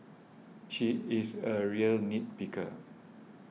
she is a real nit picker